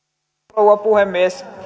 rouva puhemies